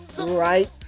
right